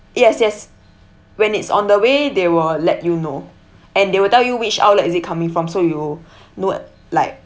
yes yes when it's on the way they will let you know and they will tell you which outlet is it coming from so you know like